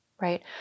Right